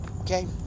Okay